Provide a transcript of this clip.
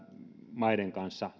maiden kanssa